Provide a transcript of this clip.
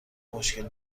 مشکل